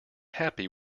happy